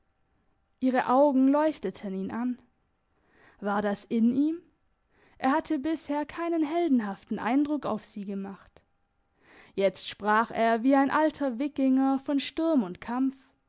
ihre augen leuchteten ihn an war das in ihm er hatte bisher keinen heldenhaften eindruck auf sie gemacht jetzt sprach er wie ein alter wikinger von sturm und kampf